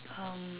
um